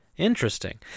Interesting